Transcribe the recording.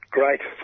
great